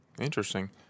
Interesting